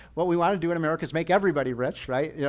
what we want to do in america is make everybody rich, right? yeah